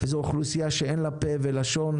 זאת אוכלוסייה שאין לה פה ולשון,